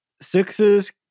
Sixes